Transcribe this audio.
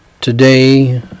Today